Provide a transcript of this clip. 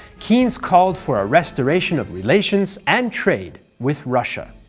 keynes called for a restoration of relations and trade with russia.